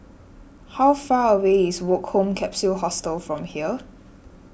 how far away is Woke Home Capsule Hostel from here